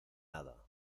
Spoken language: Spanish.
nada